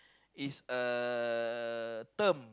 is a term